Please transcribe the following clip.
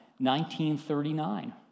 1939